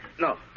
No